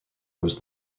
was